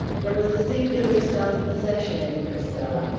there was a singular self-possession in priscilla,